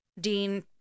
Dean